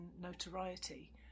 notoriety